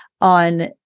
on